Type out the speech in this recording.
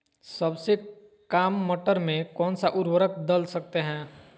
सबसे काम मटर में कौन सा ऊर्वरक दल सकते हैं?